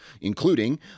including